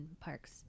parks